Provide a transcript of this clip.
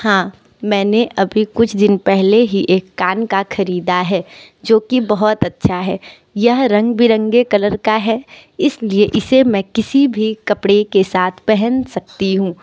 हाँ मैंने अभी कुछ दिन पहले ही एक कान का ख़रीदा है जो कि बहुत अच्छा है यह रंग बिरंगे कलर का है इसलिए इसे मैं किसी भी कपड़े के साथ पहन सकती हूँ